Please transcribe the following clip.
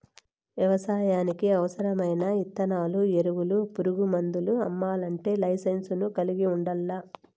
వ్యవసాయానికి అవసరమైన ఇత్తనాలు, ఎరువులు, పురుగు మందులు అమ్మల్లంటే లైసెన్సును కలిగి ఉండల్లా